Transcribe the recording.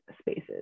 spaces